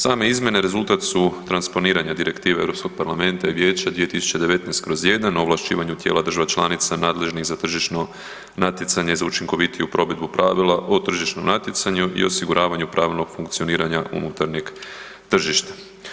Same izmjene rezultat su transponiranja Direktive Europskog parlamenta i vijeća 2019/1 o ovlašćivanju tijela država članica nadležnih za tržišno natjecanje za učinkovitiju provedbu pravila o tržišnom natjecanju i osiguravanju pravnog funkcioniranja unutarnjeg tržišta.